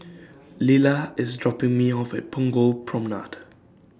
Lilah IS dropping Me off At Punggol Promenade